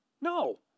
No